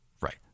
Right